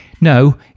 no